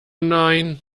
nein